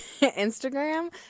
Instagram